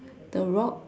the rock